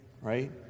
right